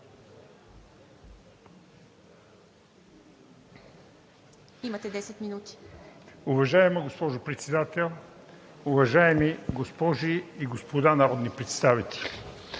ИВАН ИВАНОВ: Уважаема госпожо Председател, уважаеми госпожи и господа народни представители!